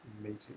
meeting